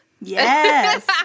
yes